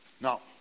Now